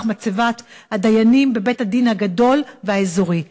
מצבת הדיינים בבית-הדין הגדול והאזורי,